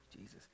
Jesus